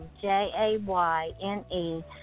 J-A-Y-N-E